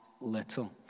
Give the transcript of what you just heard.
little